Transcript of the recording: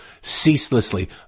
ceaselessly